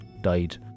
died